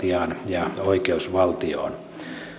käyttöön demokratiaan ja oikeusvaltioon